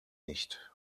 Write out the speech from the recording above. nicht